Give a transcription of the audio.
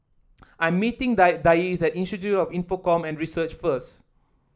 I'm meeting die Dayse at Institute of Infocomm Research first